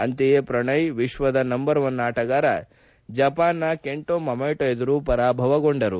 ಅಂತೆಯೇ ಪ್ರಷೊಯ್ ವಿಶ್ವದ number one ಆಣಗಾರ ಜಪಾನ್ನ ಕೆಂಟೊ ಮಮೊಟ ಎದುರು ಪರಾಭವಗೊಂಡರು